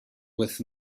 with